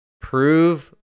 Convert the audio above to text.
Prove